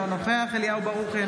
אינו נוכח אליהו ברוכי,